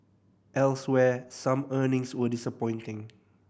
elsewhere some earnings were disappointing